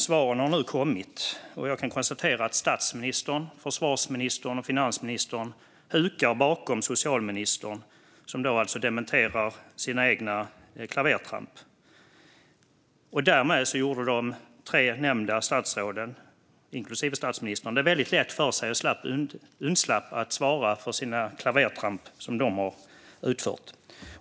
Svaren har nu kommit, och jag kan konstatera att statsministern, försvarsministern och finansministern hukar bakom socialministern, som alltså dementerar sina egna klavertramp. Därmed gjorde de tre nämnda statsråden, inklusive statsministern, det väldigt lätt för sig och undslapp att svara för de klavertramp som de har gjort.